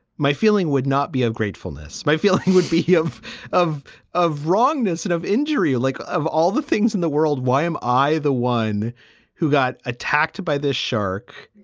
my feeling would not be a gratefulness. my feeling he would be he of of of wrongness, and of injury, like of all the things in the world. why am i the one who got attacked by this shark?